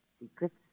Secrets